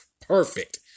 perfect